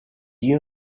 you